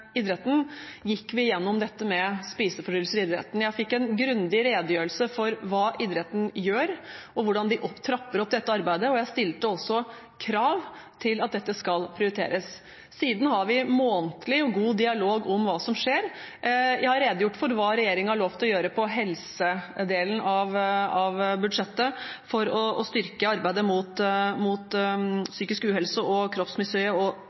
idretten. Jeg fikk en grundig redegjørelse av hva idretten gjør, og hvordan de trapper opp dette arbeidet, og jeg stilte også krav til at dette skal prioriteres. Siden har vi månedlig og god dialog om hva som skjer. Jeg har redegjort for hva regjeringen har lovet å gjøre på helsedelen av budsjettet for å styrke arbeidet mot psykisk uhelse, kroppsmisnøye og